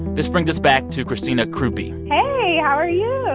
this brings us back to christina crupie. hey. how are yeah